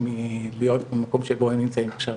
מלהיות במקום שבו הם נמצאים עכשיו.